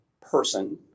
person